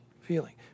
feeling